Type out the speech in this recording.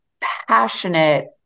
passionate